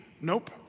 Nope